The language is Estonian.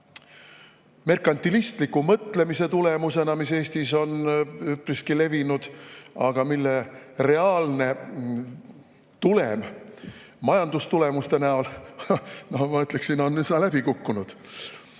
merkantilistliku mõtlemise tõttu, mis Eestis on üpriski levinud ja mille reaalne tulem majandustulemuste näol, no ma ütleksin, on üsna läbi kukkunud,